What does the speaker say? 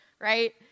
right